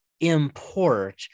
import